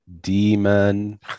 demon